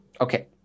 Okay